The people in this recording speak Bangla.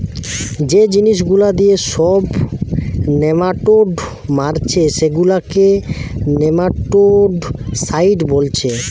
যে জিনিস গুলা দিয়ে সব নেমাটোড মারছে সেগুলাকে নেমাটোডসাইড বোলছে